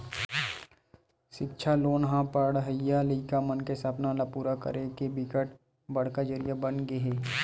सिक्छा लोन ह पड़हइया लइका मन के सपना ल पूरा करे के बिकट बड़का जरिया बनगे हे